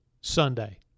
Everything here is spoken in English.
Sunday